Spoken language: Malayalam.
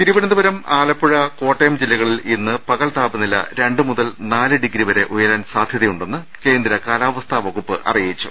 തിരുവനന്തപുരം ആലപ്പുഴ കോട്ടയം ജില്ലകളിൽ ഇന്ന് പകൽ താപനില രണ്ട് മുതൽ നാല് ഡിഗ്രി വരെ ഉയരാൻ സാധ്യതയുണ്ടെന്ന് കേന്ദ്ര കാലാവസ്ഥ വകുപ്പ് അറിയിച്ചു